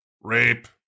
rape